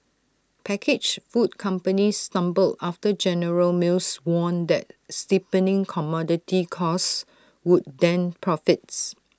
packaged food companies stumbled after general mills warned that steepening commodity costs would dent profits